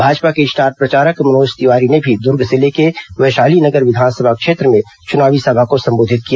भाजपा के स्टार प्रचारक मनोज तिवारी ने भी दूर्ग जिले के वैशाली नगर विधानसभा क्षेत्र में चुनावी सभा को संबोधित किया